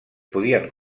podien